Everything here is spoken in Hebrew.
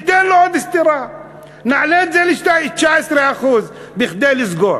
ניתן לו עוד סטירה, נעלה את זה ל-19% כדי לסגור.